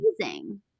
Amazing